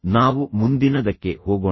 ನಾವು ಮುಂದಿನದಕ್ಕೆ ಹೋಗೋಣ